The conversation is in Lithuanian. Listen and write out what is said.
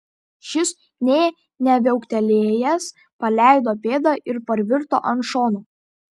šis nė neviauktelėjęs paleido pėdą ir parvirto ant šono